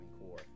core